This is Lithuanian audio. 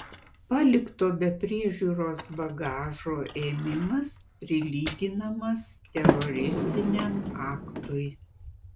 palikto be priežiūros bagažo ėmimas prilyginamas teroristiniam aktui